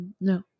No